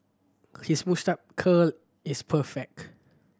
his moustache curl is perfect